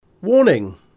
Warning